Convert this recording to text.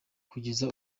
kugeza